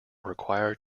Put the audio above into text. require